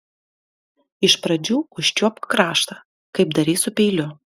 iš pradžių užčiuopk kraštą kaip darei su peiliu